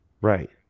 right